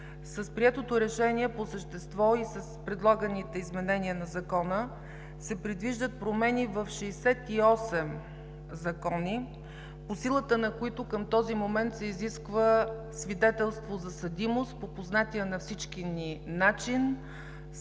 С приетото решение по същество и с предлаганите изменения на Закона се предвиждат промени в 68 закони, по силата на които към този момент се изисква свидетелство за съдимост по познатия на всички ни начин